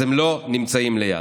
אז הם לא נמצאים ליד.